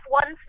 one